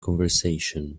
conversation